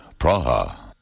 Praha